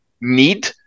need